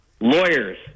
lawyers